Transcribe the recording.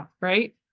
right